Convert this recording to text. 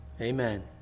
Amen